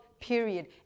period